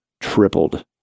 tripled